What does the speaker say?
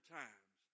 times